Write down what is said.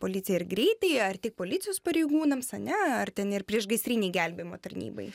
policijai ar greitajai ar tik policijos pareigūnams ane ar ten ir priešgaisrinei gelbėjimo tarnybai